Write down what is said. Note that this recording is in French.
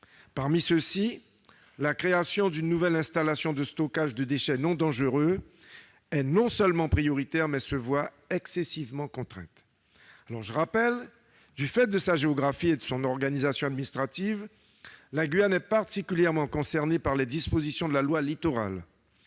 Parmi ces derniers, la création d'une nouvelle installation de stockage de déchets non dangereux, non seulement prioritaire, mais aussi excessivement contrainte. Du fait de sa géographie et de son organisation administrative, la Guyane est particulièrement concernée par les dispositions de la loi Littoral.